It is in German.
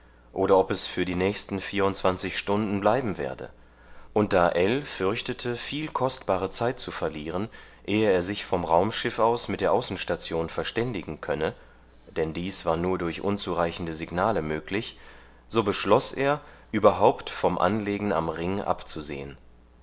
oder es für die nächsten vierundzwanzig stunden bleiben werde und da ell fürchtete viel kostbare zeit zu verlieren ehe er sich vom raumschiff aus mit der außenstation verständigen könne denn dies war nur durch unzureichende signale möglich so beschloß er überhaupt vom anlegen am ring abzusehen